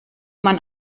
man